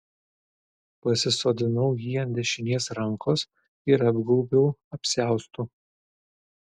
pasisodinau jį ant dešinės rankos ir apgaubiau apsiaustu